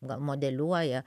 gal modeliuoja